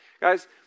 Guys